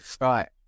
Right